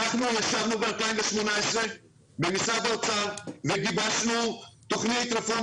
אנחנו ישבנו ב-2018 במשרד האוצר וגיבשנו תוכנית רפורמה